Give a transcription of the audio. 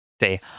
Say